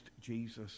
Jesus